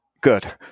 good